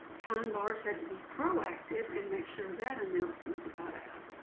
kind bars had to be proactive and make sure that announcement got out.